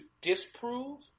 disprove